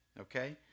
okay